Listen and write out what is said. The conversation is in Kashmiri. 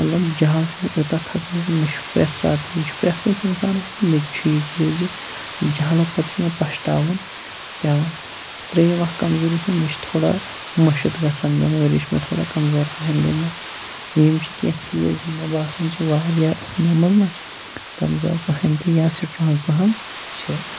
مطلب جہل چھُ مےٚ یوٗتاہ کھسان زِ مےٚ چھُ پرٮ۪تھ ساتہٕ یہِ چھُ پرٮ۪تھ کٲنٛسہِ انسانس تہٕ مےٚ تہِ چھُ یہِ چیٖز زِ جہلہٕ پتہٕ چھِ مےٚ پشتاوان پٮ۪وان ترٛیِم اکھ کمزوری چھِ مےٚ مےٚ چھِ تھوڑا مٔشِت گژھان مٮ۪موری چھِ مےٚ تھوڑا کمزور پہن گٔمٕژ یِم چھِ کینٛہہ چیٖز مےٚ باسان چھِ واریاہ مےٚ منٛز نہ کمزور پہن تہِ یا سٹرانٛگ پہم چھِ